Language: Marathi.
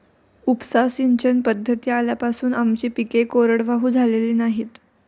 उपसा सिंचन पद्धती आल्यापासून आमची पिके कोरडवाहू झालेली नाहीत